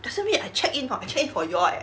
doesn't mean I check in hor I check in for you all eh